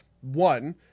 one